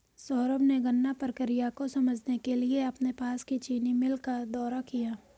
सौरभ ने गन्ना प्रक्रिया को समझने के लिए अपने पास की चीनी मिल का दौरा किया